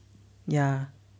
ya